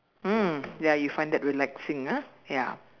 mm ya you find that relaxing ah ya